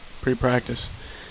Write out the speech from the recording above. pre-practice